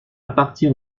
partir